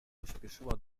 pośpieszyła